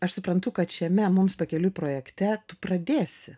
aš suprantu kad šiame mums pakeliui projekte tu pradėsi